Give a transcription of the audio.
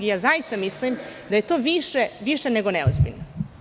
Zaista mislim da je to više nego neozbiljno.